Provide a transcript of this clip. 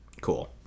Cool